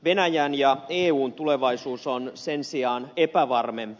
venäjän ja eun tulevaisuus on sen sijaan epävarmempi